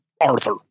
Arthur